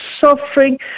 suffering